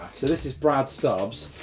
so this is brad stubbs.